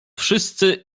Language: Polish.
wszyscy